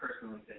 personally